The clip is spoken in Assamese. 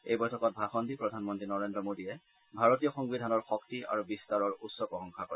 এই বৈঠকত ভাষণ দি প্ৰধানমন্ত্ৰী নৰেন্দ্ৰ মোদীয়ে ভাৰতীয় সংবিধানৰ শক্তি আৰু বিস্তাৰৰ উচ্চ প্ৰশংসা কৰে